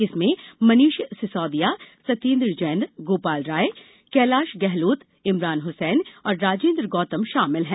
इनमें मनीष सिसोदिया सत्येंदर जैन गोपाल राय कैलाश गहलोत इमरान हुसैन और राजेंद्र गौतम शामिल है